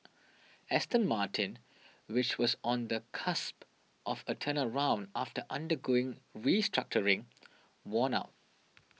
Aston Martin which was on the cusp of a turnaround after undergoing restructuring won out